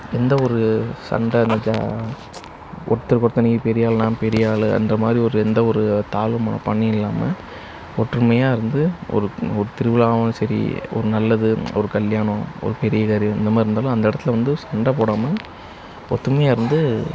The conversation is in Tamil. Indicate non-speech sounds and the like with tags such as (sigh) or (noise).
எந்த ஒரு சண்டைன்னு (unintelligible) ஒருத்தனுக்கு ஒருத்தன் நீ பெரிய ஆளு நான் பெரிய ஆளுன்ற மாதிரி ஒரு எந்த ஒரு தாழ்வு மனப்பான்மையும் இல்லாமல் ஒற்றுமையா இருந்து ஒரு ஒரு திருவிழாவும் சரி ஒரு நல்லது ஒரு கல்யாணம் ஒரு பெரிய காரியம் இந்த மாதிரி இருந்தாலும் அந்த இடத்துல வந்து சண்டை போடாமல் ஒற்றுமையா இருந்து